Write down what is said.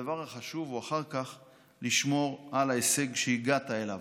הדבר החשוב הוא אחר כך לשמור על ההישג שהגעת אליו.